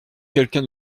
quelqu’un